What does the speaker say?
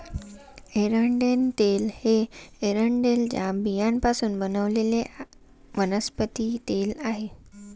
एरंडेल तेल हे एरंडेलच्या बियांपासून बनवलेले वनस्पती तेल आहे